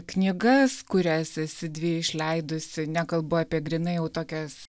knygas kurias esi dvi išleidusi nekalbu apie grynai jau tokias